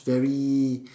very